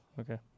Okay